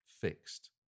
fixed